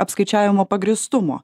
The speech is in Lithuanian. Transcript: apskaičiavimo pagrįstumo